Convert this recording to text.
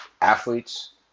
athletes